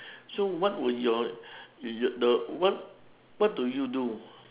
so what would your your the what what do you do